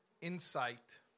insight